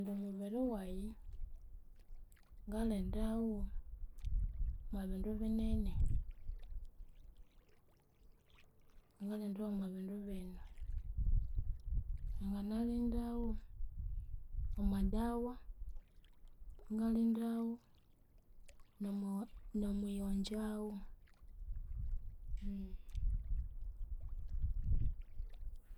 Omubiri wayi, ngalindawu omwabindu binene. Ngalindawu omwabindu binu, nangana lindawu omwadawa, ingalindawu nomwao nomwiyongyawu.